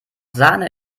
sahne